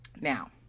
Now